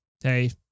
Hey